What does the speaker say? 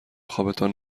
خوابتان